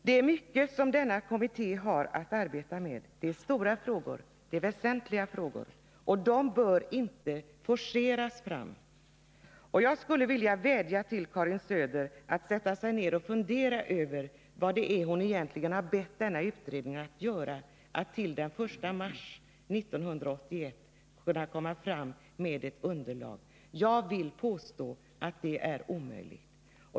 Det är mycket som denna kommitté har att arbeta med. Det är stora frågor, och det är väsentliga frågor. De bör inte forceras fram. Jag skulle vilja vädja till Karin Söder att verkligen fundera över vad det är hon egentligen har bett utredningen att klara av, när hon sagt att den till den 1 mars 1981 skall lägga fram ett underlag till regeringen. Jag vill påstå att detta är omöjligt.